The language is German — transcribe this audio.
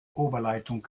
oberleitung